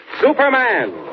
Superman